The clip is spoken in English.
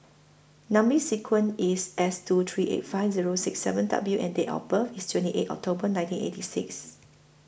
Number sequence IS S two three eight five Zero six seven W and Date of birth IS twenty eight October nineteen eighty six